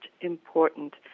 important